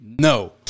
No